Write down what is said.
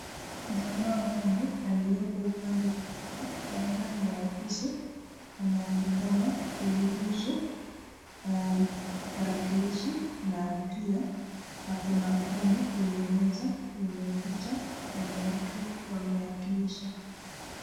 Jama huyu alioko upande mwingine wa ndani wa ofisi, anaonekana kurusu tarakilishi na pia ako na [form] kwenye meza yenye picha yenye watu ameakilisha.